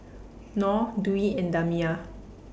Nor Dwi and Damia